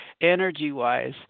energy-wise